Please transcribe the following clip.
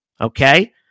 okay